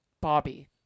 bobby